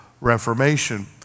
Reformation